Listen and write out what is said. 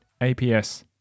APS